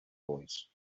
voice